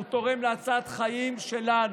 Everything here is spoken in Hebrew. הוא תורם להצלת חיים שלנו,